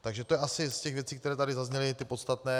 Takže to je asi z těch věcí, které tady zazněly, to podstatné.